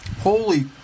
Holy